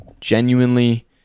genuinely